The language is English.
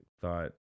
thought